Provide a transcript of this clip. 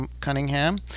Cunningham